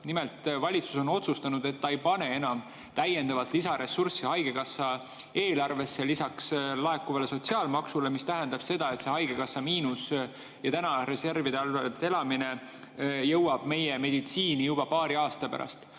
Nimelt, valitsus on otsustanud, et ta ei pane enam täiendavat lisaressurssi haigekassa eelarvesse lisaks laekuvale sotsiaalmaksule. See tähendab seda, et haigekassa miinus ja reservide arvel elamine jõuab meie meditsiini juba paari aasta pärast.